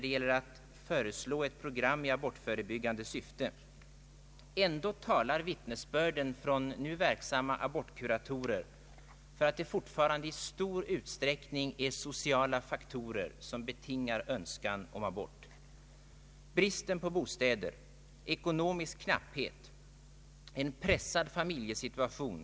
En känsla av meningslöshet i det egna arbetet sägs på sina håll ha brett ut sig inför en alltför generös bifallspraxis. Om ett ingående arbete skall nedläggas på det lokala planet, måste man där få känslan av att kunna påverka besluten.